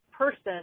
person